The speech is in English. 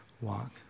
walk